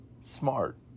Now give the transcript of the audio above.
Smart